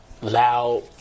loud